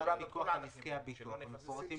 יש הגדרת ביטוח לנזקי הביטוח שמפורטים